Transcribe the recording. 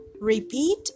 Repeat